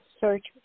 search